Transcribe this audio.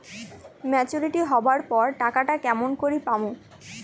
Maturity হবার পর টাকাটা কেমন করি পামু?